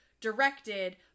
directed